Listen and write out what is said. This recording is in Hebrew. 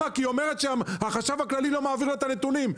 היא אומרת: "החשב הכללי לא מעביר לי את הנתונים,